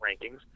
rankings –